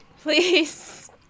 Please